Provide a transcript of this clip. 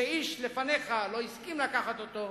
שאיש לפניך לא הסכים לקחת אותו,